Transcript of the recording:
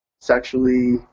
sexually